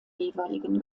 jeweiligen